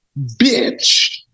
bitch